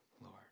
Lord